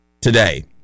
today